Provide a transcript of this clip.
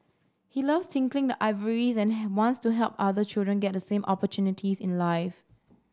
he loves tinkling the ivories and have wants to help other children get the same opportunities in life